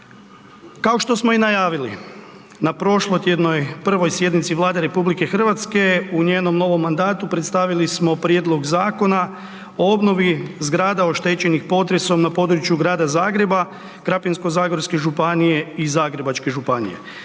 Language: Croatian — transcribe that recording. Kao što smo i najavili, na prošlotjednoj prvoj sjednici Vlade RH, u njenom novom mandatu predstavili smo prijedlog Zakona o obnovi zgrada oštećenih potresom na području Grada Zagreba, Krapinsko-zagorske županije i Zagrebačke županije.